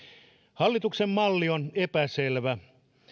hallituksen malli on epäselvä